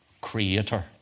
creator